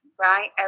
Right